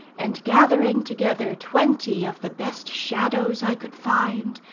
and gathering together twenty of the best shadows i could find,